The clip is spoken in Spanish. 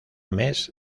mes